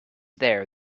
there